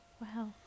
wow